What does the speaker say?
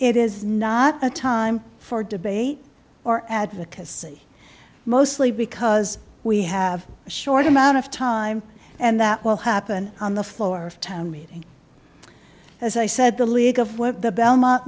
it is not a time for debate or advocacy mostly because we have a short amount of time and that will happen on the floor of town meeting as i said the league of work the belmont